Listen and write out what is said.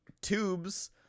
tubes